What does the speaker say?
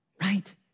right